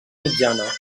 mitjana